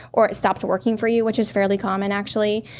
or it stops working for you, which is fairly common actually,